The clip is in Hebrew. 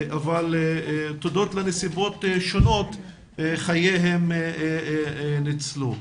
אבל תודות לנסיבות שונות חייהם ניצלו.